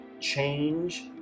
change